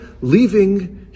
leaving